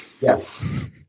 Yes